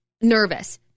nervous